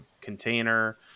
container